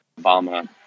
obama